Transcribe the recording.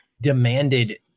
demanded